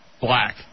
black